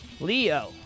Leo